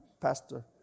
Pastor